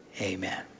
Amen